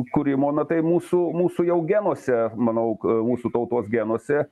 kūrimo na tai mūsų mūsų jau genuose manau mūsų tautos genuose